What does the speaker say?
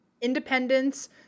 independence